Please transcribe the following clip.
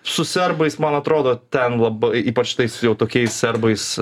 su serbais man atrodo ten labai ypač tais jau tokiais serbais